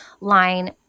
line